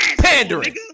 Pandering